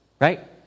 right